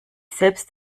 selbst